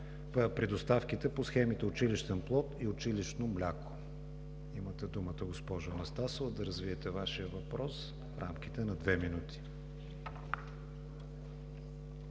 при доставките по схемите „Училищен плод“ и „Училищно мляко“. Имате думата, госпожо Анастасова, да развиете Вашия въпрос в рамките на две минути.